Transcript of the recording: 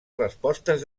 respostes